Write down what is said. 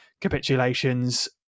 capitulations